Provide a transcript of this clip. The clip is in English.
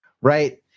right